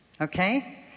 Okay